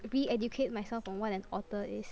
re-educate myself on what an otter is